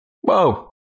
Whoa